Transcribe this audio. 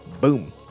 Boom